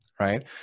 Right